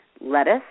Lettuce